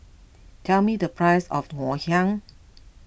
tell me the price of Ngoh Hiang